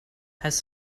has